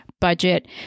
budget